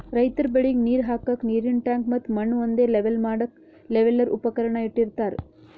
ರೈತರ್ ಬೆಳಿಗ್ ನೀರ್ ಹಾಕ್ಕಕ್ಕ್ ನೀರಿನ್ ಟ್ಯಾಂಕ್ ಮತ್ತ್ ಮಣ್ಣ್ ಒಂದೇ ಲೆವೆಲ್ ಮಾಡಕ್ಕ್ ಲೆವೆಲ್ಲರ್ ಉಪಕರಣ ಇಟ್ಟಿರತಾರ್